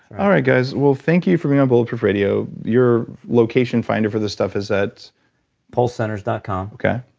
alright, guys. well thank you for being on bulletproof radio. your location finder for this stuff is at pulsecenters dot com okay.